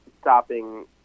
stopping